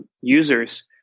users